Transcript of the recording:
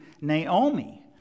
Naomi